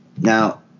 Now